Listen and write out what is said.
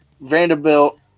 Vanderbilt